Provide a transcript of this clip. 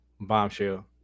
bombshell